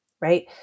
right